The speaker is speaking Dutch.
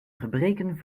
gebreken